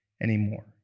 anymore